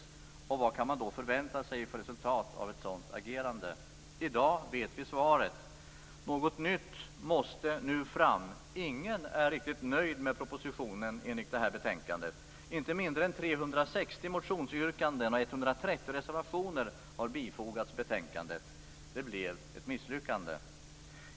Vilket resultat kan man då förvänta sig av ett sådant agerande? I dag vet vi svaret. Någonting nytt måste nu fram. Ingen är enligt betänkandet riktigt nöjd med propositionen. Inte mindre än 360 motionsyrkanden och 130 reservationer har fogats till betänkandet. Det blev ett misslyckande.